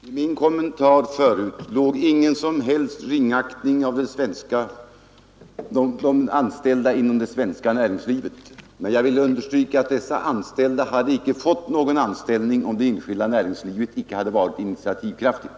Herr talman! I min kommentar förut låg ingen som helst ringaktning av de anställda inom det svenska näringslivet, men jag vill understryka att dessa anställda icke hade fått någon anställning, om det enskilda näringslivet icke hade varit initiativkraftigt.